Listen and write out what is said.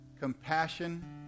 compassion